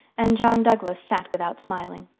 and john douglas sat without smiling.